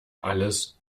alles